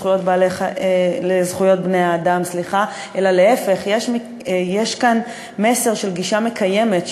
לזכויות בני-האדם אלא להפך: יש כאן מסר של גישה מקיימת,